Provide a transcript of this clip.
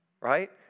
right